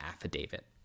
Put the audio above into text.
affidavit